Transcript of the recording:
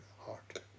heart